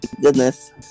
goodness